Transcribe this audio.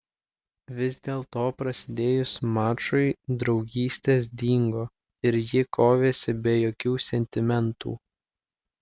vis dėlto prasidėjus mačui draugystės dingo ir ji kovėsi be jokių sentimentų